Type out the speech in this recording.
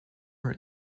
were